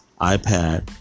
ipad